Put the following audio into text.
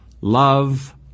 Love